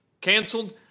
canceled